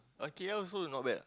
or K_L also not bad